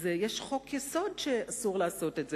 יש חוק-יסוד שאסור לעשות את זה.